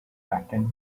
blackened